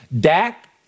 Dak